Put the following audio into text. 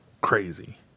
crazy